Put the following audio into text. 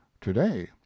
today